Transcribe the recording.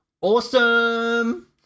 awesome